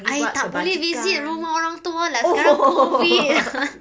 I tak boleh visit rumah orang tua lah sia COVID